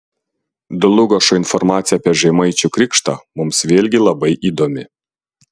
dlugošo informacija apie žemaičių krikštą mums vėlgi labai įdomi